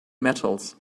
metals